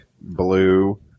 blue